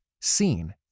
seen